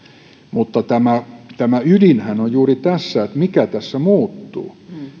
mutta tämä tämä ydinhän on juuri tässä että mikä tässä muuttuu